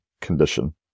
condition